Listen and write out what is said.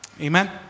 Amen